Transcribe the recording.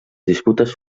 disputes